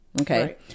Okay